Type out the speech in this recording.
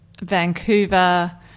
Vancouver